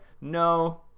no